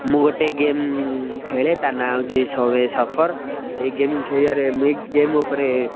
ମୁଁ ଗୋଟେ ଗେମ୍ ଖେଳେ ତାର ନାଁ ହଉଛି ସୋଭେ ସଫର୍ ଏ ଗେମ୍ ଖେଳିବାରେ ମୁଁ ଏଇ ଗେମ୍ ଉପରେ